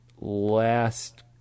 Last